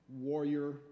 warrior